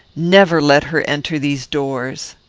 never let her enter these doors.